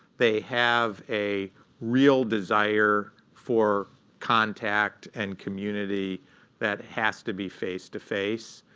they have a real desire for contact and community that has to be face-to-face.